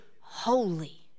holy